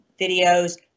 Videos